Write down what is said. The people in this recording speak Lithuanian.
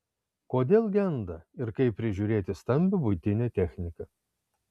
kodėl genda ir kaip prižiūrėti stambią buitinę techniką